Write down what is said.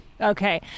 Okay